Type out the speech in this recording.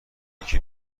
یکی